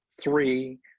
three